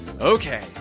Okay